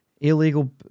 illegal